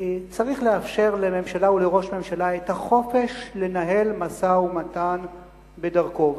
צריך לאפשר לממשלה ולראש ממשלה את החופש לנהל משא-ומתן בדרכו.